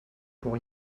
pour